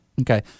Okay